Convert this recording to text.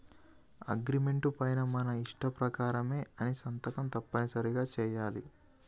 agreement పైన మన ఇష్ట ప్రకారమే అని సంతకం తప్పనిసరిగా చెయ్యాలి